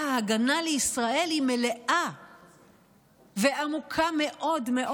ההגנה לישראל היא מלאה ועמוקה מאוד מאוד,